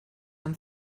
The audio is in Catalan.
amb